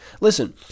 Listen